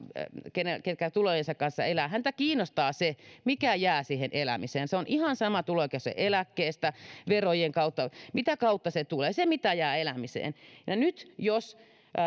joka tulojensa kanssa elää kiinnostaa se mikä jää siihen elämiseen se on ihan sama tuleeko se eläkkeestä verojen kautta mitä kautta tulee se mitä jää elämiseen ja ja nyt jos